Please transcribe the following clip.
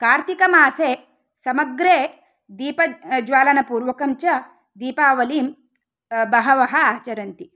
कार्तिकमासे समग्रे दीपज्वालनपूर्वकञ्च दीपावलिं बहवः आचरन्ति